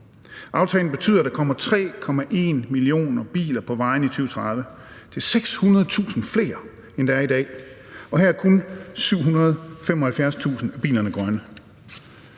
Aftalen betyder, at der kommer 3,1 millioner biler på vejene i 2030. Det er 600.000 flere, end der er i dag, og kun 775.000 af bilerne er grønne.